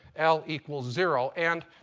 l equals zero. and